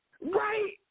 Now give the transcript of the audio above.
Right